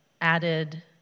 added